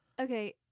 Okay